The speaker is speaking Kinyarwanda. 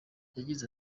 yagize